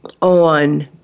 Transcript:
on